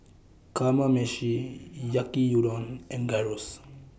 Kamameshi Yaki Udon and Gyros